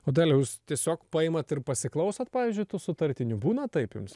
o daliau jūs tiesiog paimat ir pasiklausot pavyzdžiui tų sutartinių būna taip jums